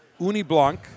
Uniblanc